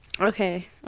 okay